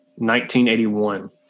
1981